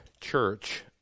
Church